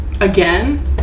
Again